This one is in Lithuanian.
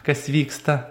kas vyksta